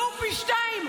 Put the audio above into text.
והוא פי שניים,